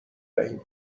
دهیم